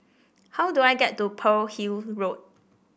how do I get to Pearl Hill Road